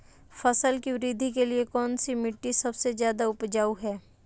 फसल की वृद्धि के लिए कौनसी मिट्टी सबसे ज्यादा उपजाऊ है?